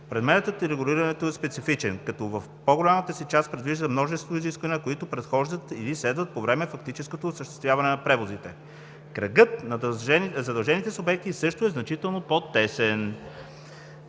Предметът и регулирането е специфичен, като в по-голямата си част предвижда множество изисквания, които предхождат или следват по време фактическото осъществяване на превозите. Кръгът на задължените субекти също е значително по-тесен,